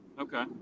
Okay